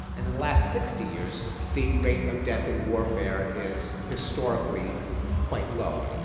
and the last sixty years the rate of death in warfare is historically quite low.